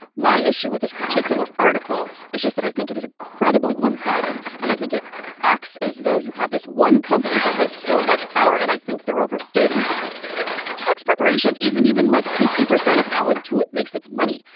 my issue with this particular article is just that i think it is incredibly one sided and i think it acts as though you have this one company that has so much power and i think they're overstating that tax preparation isn't even like fifty percent of how intuit makes its money.